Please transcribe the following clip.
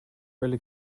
early